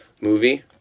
movie